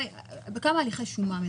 בכמה הליכי שומה מדובר?